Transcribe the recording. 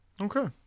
Okay